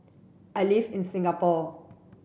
I live in Singapore